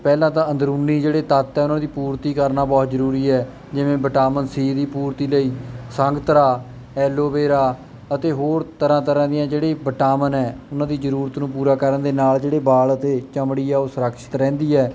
ਪਹਿਲਾਂ ਤਾਂ ਅੰਦਰੂਨੀ ਜਿਹੜੇ ਤੱਤ ਆ ਉਹਨਾਂ ਦੀ ਪੂਰਤੀ ਕਰਨਾ ਬਹੁਤ ਜ਼ਰੂਰੀ ਹੈ ਜਿਵੇਂ ਵਿਟਾਮਿਨ ਸੀ ਦੀ ਪੂਰਤੀ ਲਈ ਸੰਗਤਰਾ ਐਲੋ ਵੇਰਾ ਅਤੇ ਹੋਰ ਤਰ੍ਹਾਂ ਤਰ੍ਹਾਂ ਦੀਆਂ ਜਿਹੜੀ ਵਿਟਾਮਿਨ ਹੈ ਉਹਨਾਂ ਦੀ ਜ਼ਰੂਰਤ ਨੂੰ ਪੂਰਾ ਕਰਨ ਦੇ ਨਾਲ ਜਿਹੜੇ ਵਾਲ ਅਤੇ ਚਮੜੀ ਹੈ ਉਹ ਸੁਰਕਸ਼ਿਤ ਰਹਿੰਦੀ ਹੈ